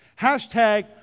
Hashtag